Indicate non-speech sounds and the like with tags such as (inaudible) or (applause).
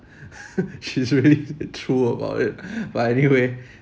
(laughs) she's really true about it but anyway